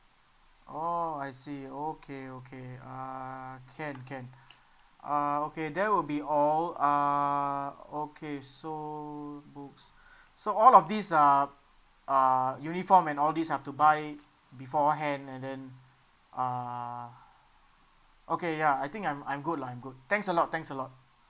oh I see okay okay uh can can uh okay that will be all uh okay so books so all of these uh uh uniform and all this have to buy beforehand and then uh okay ya I think I'm I'm good lah I'm good thanks a lot thanks a lot